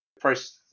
First